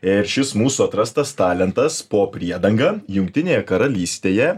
ir šis mūsų atrastas talentas po priedanga jungtinėje karalystėje